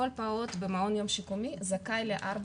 כל פעוט במעון יום שיקומי זכאי ל-4